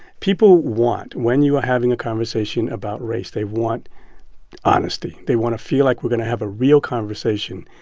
people want when you are having a conversation about race, they want honesty. they want to feel like we're going to have a real conversation.